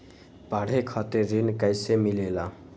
पढे खातीर ऋण कईसे मिले ला?